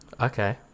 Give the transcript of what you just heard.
Okay